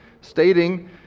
stating